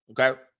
Okay